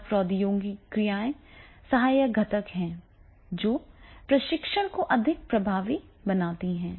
संचार प्रौद्योगिकियां सहायक घटक हैं जो प्रशिक्षण को अधिक प्रभावी बनाते हैं